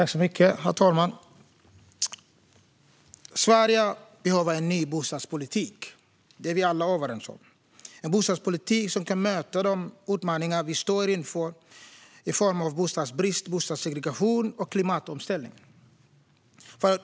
Herr talman! Sverige behöver en ny bostadspolitik - det är vi alla överens om. Sverige behöver en bostadspolitik som kan möta de utmaningar vi står inför i form av bostadsbrist, bostadssegregation och klimatomställning.